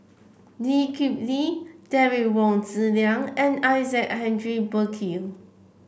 Lee Kip Lee Derek Wong Zi Liang and Isaac Henry Burkill